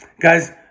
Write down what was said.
Guys